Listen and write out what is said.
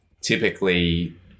typically